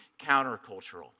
countercultural